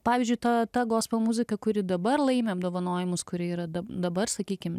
pavyzdžiui ta ta gospel muzika kuri dabar laimi apdovanojimus kuri yra dabar sakykim